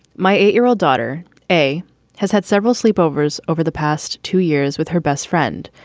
my eight year old daughter a has had several sleepovers over the past two years with her best friend.